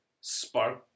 spark